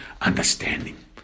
understanding